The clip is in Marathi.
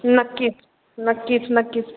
नक्कीच नक्कीच नक्कीच